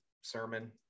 Sermon